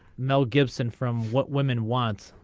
mel gibson from what women want.